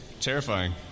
Terrifying